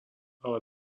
ale